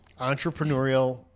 Entrepreneurial